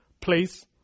place